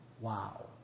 Wow